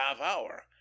half-hour